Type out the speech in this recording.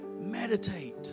meditate